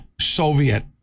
Soviet